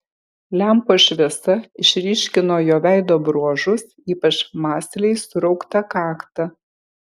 lempos šviesa išryškino jo veido bruožus ypač mąsliai surauktą kaktą